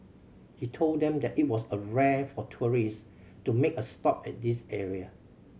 he told them that it was a rare for tourists to make a stop at this area